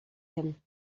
him